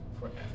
forever